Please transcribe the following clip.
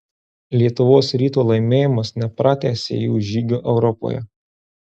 lietuvos ryto laimėjimas nepratęsė jų žygio europoje